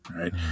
right